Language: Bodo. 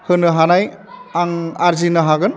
होनो हानाय आं आरजिनो हागोन